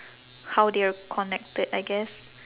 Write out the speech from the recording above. how they're connected I guess